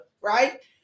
right